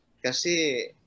kasi